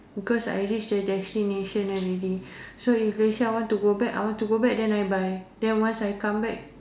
because I reach the destination already so if let's say I want to go back I want to go back then I buy then once I come back